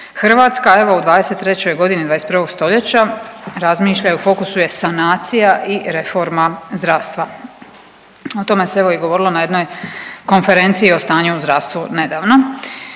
Hrvatska evo u 23 godini 21 stoljeća razmišlja i u fokusu je sanacija i reforma zdravstva. O tome se evo i govorilo na jednoj konferenciji o stanju u zdravstvu nedavno.